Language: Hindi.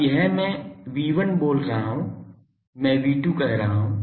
अब यह मैं V1 बोल रहा हूं मैं V2 कह रहा हूं